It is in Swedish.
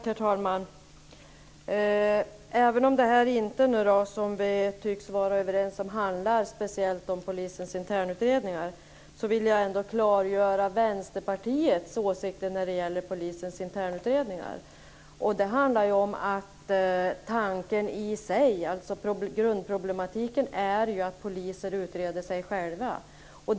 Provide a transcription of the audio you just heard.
Herr talman! Även om det som vi tycks vara överens om inte handlar speciellt om polisens internutredningar, vill jag ändå klargöra Vänsterpartiets åsikter om polisens internutredningar. Grundproblematiken är ju att poliser utreder sig själva.